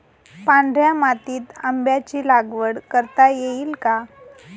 पांढऱ्या मातीत आंब्याची लागवड करता येईल का?